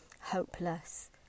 hopeless